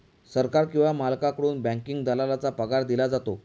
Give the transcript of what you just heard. सरकार किंवा मालकाकडून बँकिंग दलालाला पगार दिला जातो